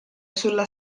sulla